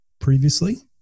previously